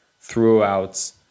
throughout